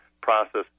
process